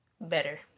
better